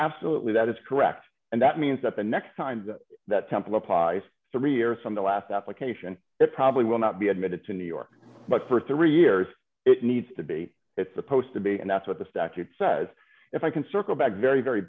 absolutely that is correct and that means that the next time that temple applies three years from the last application it probably will not be admitted to new york but for three years it needs to be it's supposed to be and that's what the statute says if i can circle back very very